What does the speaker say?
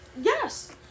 Yes